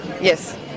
Yes